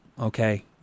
okay